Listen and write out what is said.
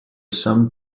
some